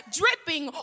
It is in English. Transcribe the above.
dripping